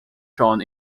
shown